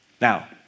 Now